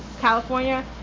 California